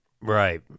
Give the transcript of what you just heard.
Right